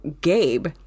Gabe